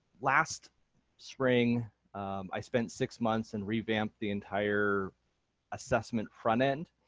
last spring i spent six months and revamped the entire assessment front-end,